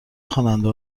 خواننده